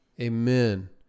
Amen